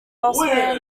elsewhere